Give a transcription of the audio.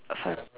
err